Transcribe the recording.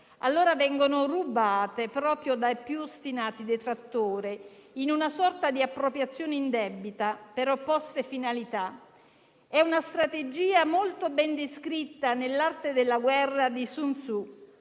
allora, vengono rubate proprio dai più ostinati detrattori, in una sorta di appropriazione indebita, per opposte finalità. È una strategia molto ben descritta ne «L'arte della guerra» di Sun Tzu: